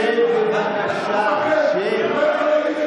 שב, בבקשה, שב.